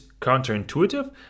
counterintuitive